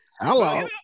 Hello